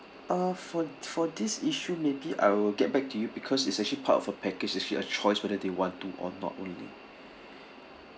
uh for for this issue maybe I will get back to you because it's actually part of a package it's actually choice whether they want to or not only